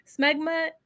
Smegma